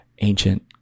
ancient